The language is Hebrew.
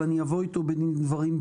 אבל אני אבוא איתו בדין ודברים.